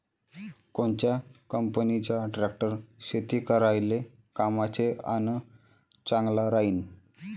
कोनच्या कंपनीचा ट्रॅक्टर शेती करायले कामाचे अन चांगला राहीनं?